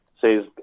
says